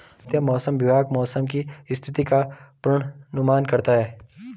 भारतीय मौसम विभाग मौसम की स्थिति का पूर्वानुमान करता है